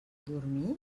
dormir